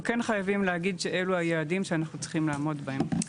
אנחנו כן חייבים להגיד שאלו היעדים שאנחנו צריכים לעמוד בהם.